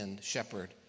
shepherd